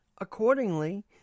accordingly